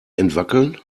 entwackeln